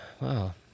wow